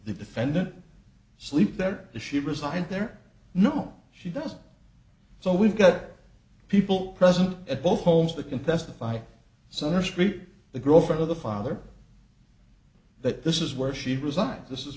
the defendant sleep there is she resigned there no she does so we've got people present at both homes that can testify center street the girl for the father that this is where she resigns this is